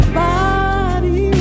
body